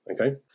okay